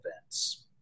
events